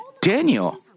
Daniel